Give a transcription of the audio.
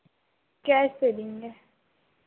cash से लेंगे